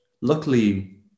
luckily